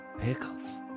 Pickles